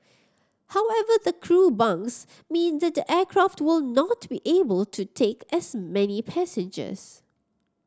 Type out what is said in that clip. however the crew bunks mean that the aircraft will not be able to take as many passengers